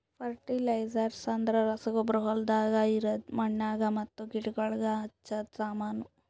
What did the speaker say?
fertilisers ಅಂದ್ರ ರಸಗೊಬ್ಬರ ಹೊಲ್ದಾಗ ಇರದ್ ಮಣ್ಣಿಗ್ ಮತ್ತ ಗಿಡಗೋಳಿಗ್ ಹಚ್ಚದ ಸಾಮಾನು